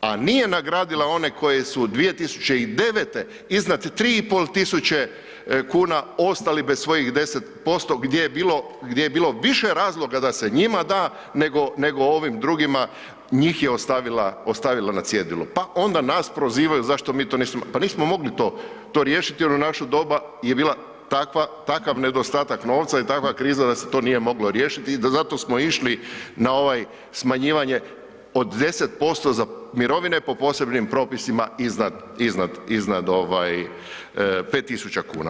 a nije nagradila one koji su 2009. iznad 3.500,00 kn ostali bez svojih 10% gdje je bilo, gdje je bilo više razloga da se njima da nego, nego ovim drugima, njih je ostavila, ostavila na cjedilu, pa onda nas prozivaju zašto mi to nismo, pa nismo mogli to, to riješiti jer u naše doba je bila takva, takav nedostatak novca i takva kriza da se to nije moglo riješiti i da zato smo išli na ovaj smanjivanje od 10% za mirovine po posebnim propisima iznad, iznad, iznad ovaj 5.000,00 kn.